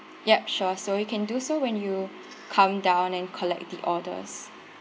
yup sure so you can do so when you come down and collect the orders